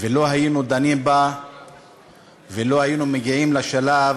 ולולא היינו דנים בה ולולא היינו מגיעים לשלב